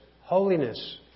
holiness